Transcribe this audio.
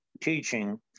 teaching